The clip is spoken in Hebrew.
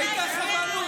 ראית איך הבנו?